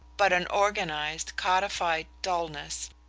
but an organized codified dulness,